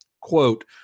quote